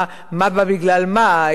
מה בא בגלל מה,